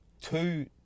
two